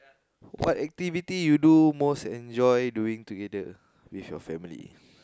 what activity you do most enjoy doing together with your family